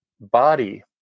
body